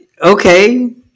Okay